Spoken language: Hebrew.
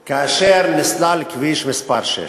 הנה, למשל, כאשר נסלל כביש 6,